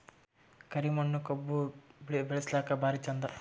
ಕರಿ ಮಣ್ಣು ಕಬ್ಬು ಬೆಳಿಲ್ಲಾಕ ಭಾರಿ ಚಂದ?